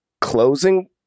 closing